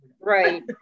right